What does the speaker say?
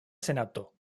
senato